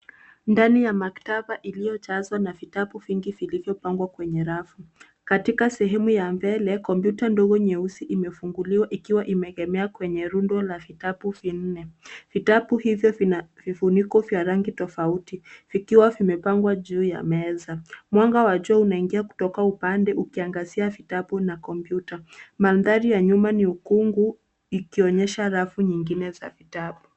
Ndani ya maktaba iliyojazwa na vitabu vingi vilivyopangwa kwenye rafu. Katika sehemu ya mbele, kompyuta ndogo nyeusi imefunguliwa ikiwa imeegemea kwenye rundo la vitabu vinne. Vitabu hivyo vina vifuniko vya rangi tofauti vikiwa vimepangwa juu ya meza. Mwanga wa jua unaingia kutoka upande ukiangazia vitabu na komputa. Mandahri ya nyuma ni ukungu ikionyesha rafu nyinine za vitabu.